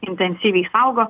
intensyviai saugo